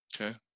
Okay